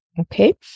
Okay